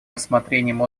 рассмотрением